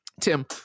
tim